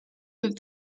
with